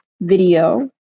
video